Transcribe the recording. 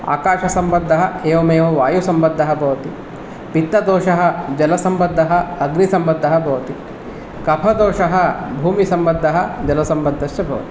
आकाशसम्बद्धः एवमेव वायुसम्बद्धः भवति पित्तदोषः जलसम्बद्धः अग्निसम्बद्धः भवति कफदोषः भूमिसम्बद्धः जलसम्बद्धश्च भवति